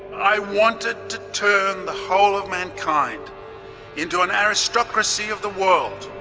i wanted to turn the whole of mankind into an aristocracy of the world,